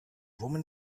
woman